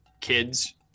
kids